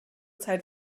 zeit